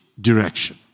direction